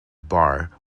bar